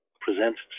presents